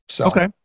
Okay